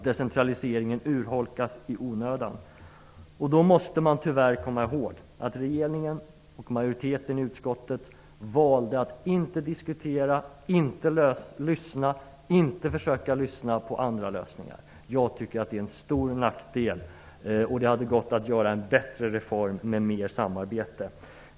Decentraliseringen urholkas i onödan. Då måste man, tyvärr, komma ihåg att regeringen och majoriteten i utskottet valt att inte diskutera och att inte försöka lyssna till andra lösningar. Jag tycker att det är en stor nackdel. Det hade gått att göra en bättre reform med mera samarbete.